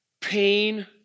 pain